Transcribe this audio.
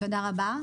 תודה רבה.